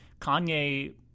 Kanye